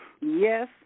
Yes